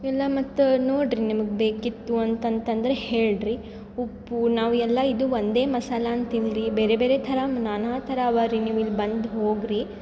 ಎಲ್ಲ ಮತ್ತೆ ನೋಡಿರಿ ನಿಮಗೆ ಬೇಕಿತ್ತು ಅಂತ ಅಂತ ಅಂದರೆ ಹೇಳಿರಿ ಉಪ್ಪು ನಾವು ಎಲ್ಲ ಇದು ಒಂದೇ ಮಸಾಲೆ ಅಂತಿಲ್ಲರೀ ಬೇರೆ ಬೇರೆ ಥರ ನಾನಾ ಥರ ಅವೆ ರೀ ನೀವು ಇಲ್ಲಿ ಬಂದು ಹೋಗಿರಿ